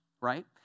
right